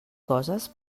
coses